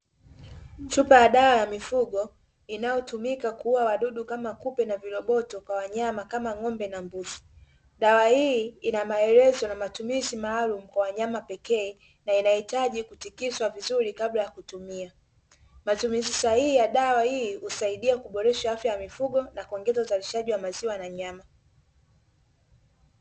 Chupa ya dawa ya mifugo inyotumika kuua wadudu kama kupe na viroboto kwa wanyama kama ng’ombe na mbuzi. Dawa hii ina maelezo maalumu kwa wanyama pekee na inahitaji kutikiswa vizuri kabla ya kutumia. Matumizi sahihi ya dawa hii husaidia kuboresha afya ya mifugo na kuboresha uzaliahaji wa maziwa na nyama.